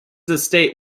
estate